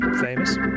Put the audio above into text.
Famous